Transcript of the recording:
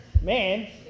man